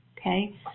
okay